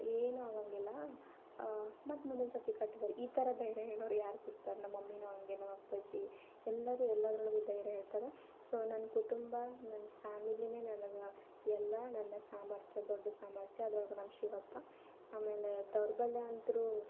ಏನೂ ಆಗೊಂಗಿಲ್ಲ ಮತ್ತು ಮುಂದಿನ ಸರ್ತಿ ಕಟ್ಟು ಬರಿ ಈ ಥರ ದೈರ್ಯ ಹೇಳೋರು ಯಾರು ಸಿಗ್ತಾರೆ ನಮ್ಮ ಮಮ್ಮಿಯೂ ಹಾಗೆ ನಮ್ಮ ಅಪ್ಪಾಜಿ ಎಲ್ಲರೂ ಎಲ್ಲದರೊಳಗೂ ಧೈರ್ಯ ಹೇಳ್ತಾರೆ ಸೊ ನನ್ನ ಕುಟುಂಬ ನನ್ನ ಫ್ಯಾಮಿಲಿಯೇ ನನಗೆ ಎಲ್ಲ ನನ್ನ ಸಾಮರ್ಥ್ಯ ದೊಡ್ಡ ಸಾಮರ್ಥ್ಯ ಅದ್ರೊಳ್ಗೆ ನಮ್ಮ ಶಿವಪ್ಪ ಆಮೇಲೆ ದೌರ್ಬಲ್ಯ ಅಂತೂ